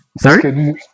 Sorry